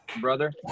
Brother